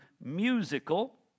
musical